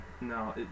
no